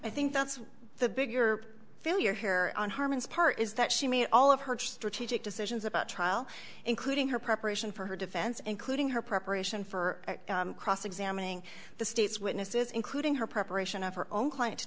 i think that's the bigger failure here on harman's part is that she me all of her strategic decisions about trial including her preparation for her defense including her preparation for cross examining the state's witnesses including her preparation of her own client to